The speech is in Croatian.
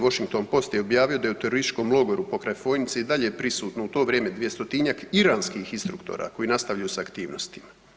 Washington Post je objavio da je u terorističkom logoru pokraj Fojnice i dalje prisutno u to vrijeme 200-tinjak iranskih instruktora koji nastavljaju s aktivnostima.